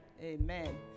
Amen